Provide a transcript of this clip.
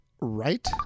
right